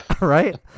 right